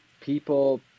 people